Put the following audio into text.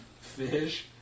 Fish